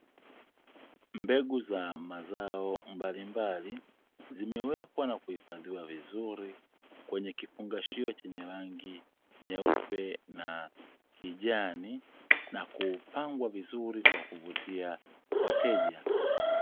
Mbegu za mazao mbalimbali, zimewekwa na kuhifadhiwa vizuri kwenye kifungashio chenye rangi nyeupe na kijani na kupangwa vizuri kwa kuvutia wateja.